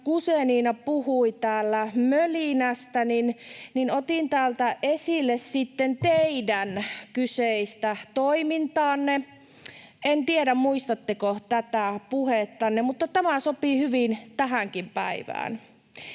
Guzenina puhui täällä mölinästä, niin otin täältä esille sitten teidän kyseistä toimintaanne. En tiedä, muistatteko tätä puhettanne, mutta tämä sopii hyvin tähänkin päivään.